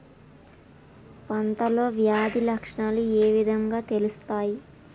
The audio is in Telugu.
పంటలో వ్యాధి లక్షణాలు ఏ విధంగా తెలుస్తయి?